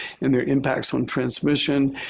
and their impacts on transmission.